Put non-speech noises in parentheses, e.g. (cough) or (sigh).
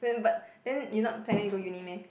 (noise) but then you not panic go uni meh